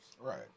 Right